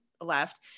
left